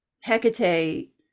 Hecate